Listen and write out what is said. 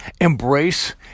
embrace